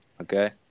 okay